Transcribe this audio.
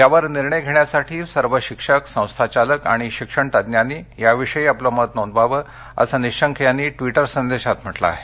यावर निर्णय घेण्यासाठी सर्व शिक्षक संस्थाचालक आणि शिक्षणतज्ज्ञांनी याविषयी आपलं मत नोंदवावं असं निशंक यांनी ट्विटर संदेशात म्हटलं आहे